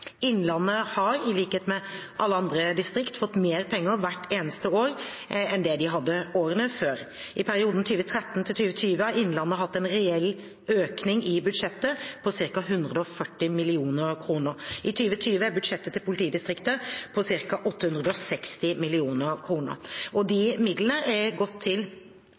Innlandet har, i likhet med alle andre distrikt, fått mer penger hvert eneste år enn de hadde året før. I perioden 2013–2020 har Innlandet hatt en reell økning i budsjettet på ca. 140 mill. kr. I 2020 er budsjettet til politidistriktet på ca. 860 mill. kr. Midlene har gått til kraftig oppbemanning i politiet, gjennomføring av politireformen, styrking av beredskapen og